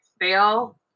fail